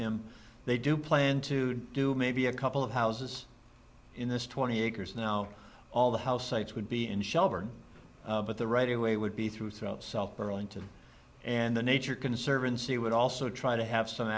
him they do plan to do maybe a couple of houses in this twenty acres now all the house sites would be in shelburne but the right away would be through throughout south burlington and the nature conservancy would also try to have some